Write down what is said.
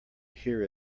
hear